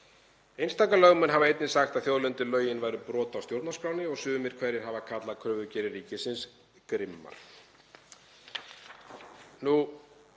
Einstaka lögmenn hafa einnig sagt að þjóðlendulögin væru brot á stjórnarskránni og sumir hverjir hafa kallað kröfugerðir ríkisins grimmar.